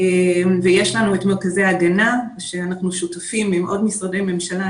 יש לנו מרכזי ההגנה שאנחנו שותפים עם עוד משרדי ממשלה.